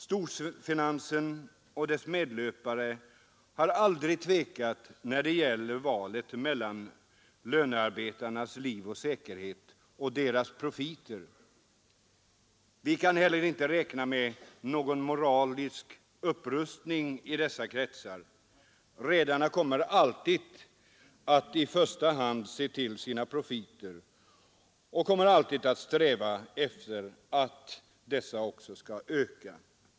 Storfinansen och dess medlöpare har aldrig tvekat när det gäller valet mellan lönarbetarnas liv och säkerhet och sina egna profiter. Vi kan heller inte räkna med någon moralisk upprustning i dessa kretsar. Redarna kommer alltid att i första hand se till sina profiter, och de kommer alltid också att sträva efter att öka dessa.